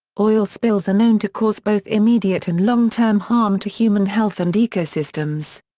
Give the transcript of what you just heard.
oil spills are known to cause both immediate and long-term harm to human health and ecosystems.